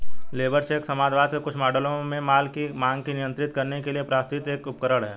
labour cheque समाजवाद के कुछ मॉडलों में माल की मांग को नियंत्रित करने के लिए प्रस्तावित एक उपकरण है